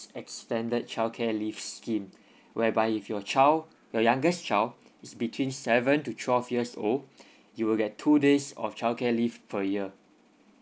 extended childcare leave scheme whereby if your child the youngest child is between seven to twelve years old you will get two days of childcare leave per year